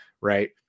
right